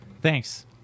Thanks